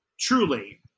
Truly